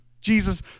Jesus